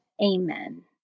Amen